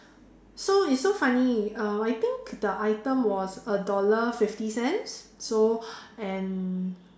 so it's so funny uh I think the item was a dollar fifty cents so and